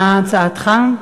מה הצעתך?